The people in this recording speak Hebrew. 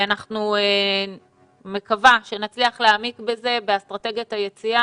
אני מקווה שנצליח להעמיק בזה באסטרטגיית היציאה.